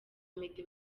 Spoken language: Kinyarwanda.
meddy